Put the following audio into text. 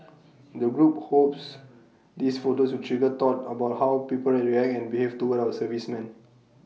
the group hopes these photos will trigger thought about how people react and behave toward our servicemen